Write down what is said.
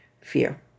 fear